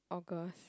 August